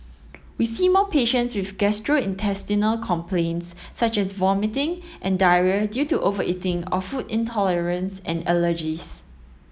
we see more patients with gastrointestinal complaints such as vomiting and diarrhoea due to overeating or food intolerance and allergies